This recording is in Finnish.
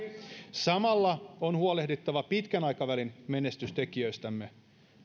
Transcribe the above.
samalla on huolehdittava pitkän aikavälin menestystekijöistämme